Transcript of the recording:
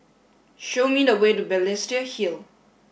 show me the way to Balestier Hill